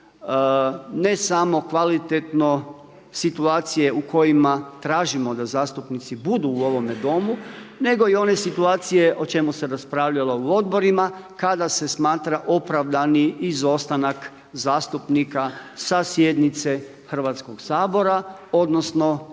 ne samo kvalitetno situacije u kojima tražimo da zastupnici budu u ovome Domu, nego i one situacije o čemu se raspravljalo u odborima kada se smatra opravdani izostanak zastupnika sa sjednice Hrvatskog sabora odnosno glasovanja.